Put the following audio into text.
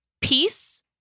Peace